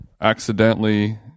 accidentally